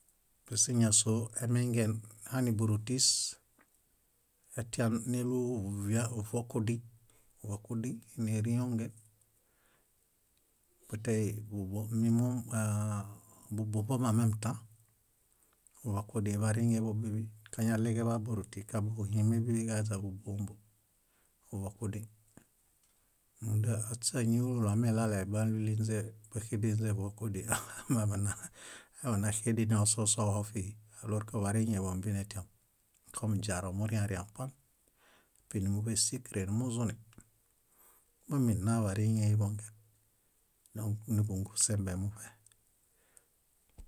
Paske ñásoo emeingen hane bórotis etian néluṗ via- vokudĩ, vokudĩ nérionge. Betey bubo mimom ee- búbombo ãmemtã. Vokudĩ bariŋeḃo bíḃi kañaɭeġeḃa bóroti kabuḃuhime bíḃi kaleźa bóbuombo, vokudĩ. Múnda áśeañiulu úlu amiɭale bálulinźe, báxedeinźe vokudĩ manaba mánaḃanaxedeni osusoho fíhi alork bariŋeḃo ómbinetiam, kom źaro muriãriãpan épinumuḃesukre, numuzuni. Miminna bariŋeḃongen, dõk núḃungu sembe.